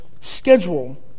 schedule